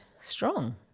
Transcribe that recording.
strong